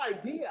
idea